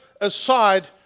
aside